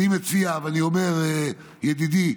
אני מציע ואני אומר, ידידי,